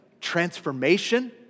transformation